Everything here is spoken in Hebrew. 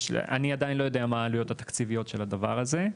אני עדיין לא יודע מה העלויות התקציביות של הדבר הזה,